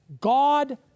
God